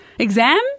Exam